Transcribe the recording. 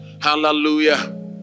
Hallelujah